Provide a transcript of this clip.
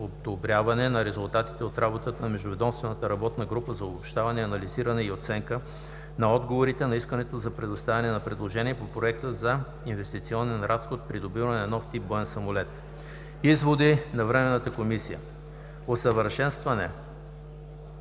одобряване на резултатите от работата на Междуведомствената работна група за обобщаване, анализиране и оценка на отговорите на Искане за предоставяне на предложение по Проект за инвестиционен разход „Придобиване на нов тип боен самолет“. Изводи на Времената комисия Усъвършенстването